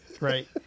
Right